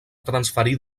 transferir